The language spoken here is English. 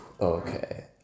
Okay